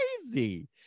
crazy